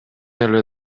эле